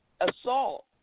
assault